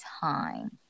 time